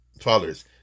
fathers